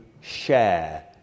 share